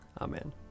Amen